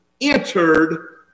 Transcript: entered